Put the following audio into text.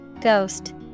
Ghost